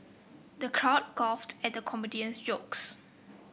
the crowd guffawed at the comedian's jokes